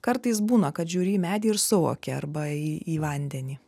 kartais būna kad žiūri į medį ir suvoki arba į į vandenį